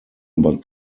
but